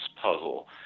puzzle